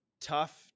tough